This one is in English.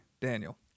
Daniel